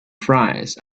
fries